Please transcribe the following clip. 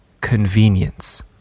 convenience